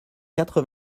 quatre